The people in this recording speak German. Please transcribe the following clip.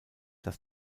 dass